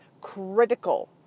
critical